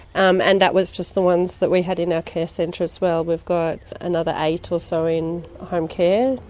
um and that was just the ones that we had in our care centre as well. we've got another eight or so in home care,